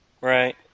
Right